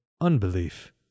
unbelief